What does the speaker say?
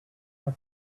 are